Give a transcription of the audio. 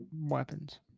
weapons